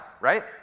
right